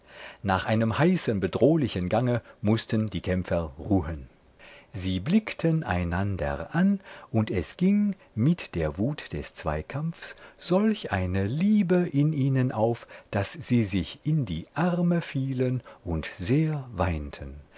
nach einem heißen bedrohlichen gange mußten die kämpfer ruhen sie blickten einander an und es ging mit der wut des zweikampfs solch eine liebe in ihnen auf daß sie sich in die arme fielen und sehr weinten